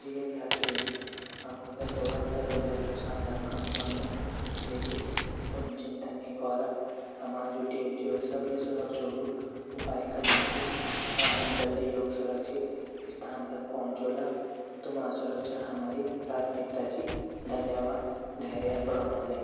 प्रिया यात्रियूँ हमु त थोड़ा टरबुलेंस ओ सामना कन पढ़नू लेकिन तुम चिंता नी कोरा हमा जू टीम ची व सभी सुरक्षोगू उपाय कनी ची और हम जल्दी योक सुरक्षित स्थान पर पौंछ जोला तुमा सुरक्षा हमारी प्राथमिकता ची धन्यवाद धेर्या बणोणा ले।